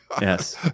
Yes